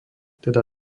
teda